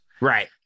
right